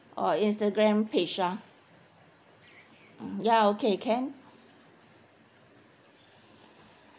or Instagram page ah mm ya okay can